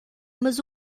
mas